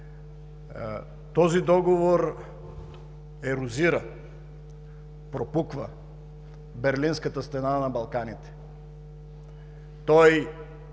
Този договор ерозира, пропуква „Берлинската стена“ на Балканите. Той е